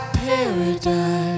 paradise